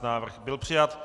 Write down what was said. Návrh byl přijat.